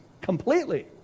completely